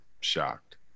shocked